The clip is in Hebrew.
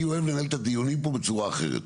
אני אוהב לנהל פה את הדיונים בצורה אחרת.